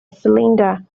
cylinder